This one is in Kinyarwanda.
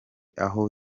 aho